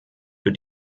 für